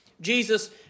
Jesus